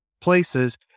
places